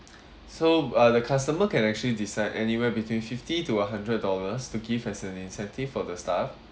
so uh the customer can actually decide anywhere between fifty to a hundred dollars to give as an incentive for the staff